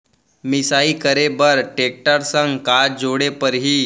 मिसाई करे बर टेकटर संग का जोड़े पड़ही?